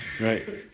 Right